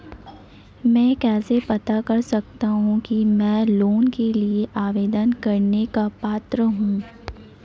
मैं कैसे पता कर सकता हूँ कि मैं लोन के लिए आवेदन करने का पात्र हूँ?